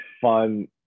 fun